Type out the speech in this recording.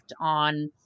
on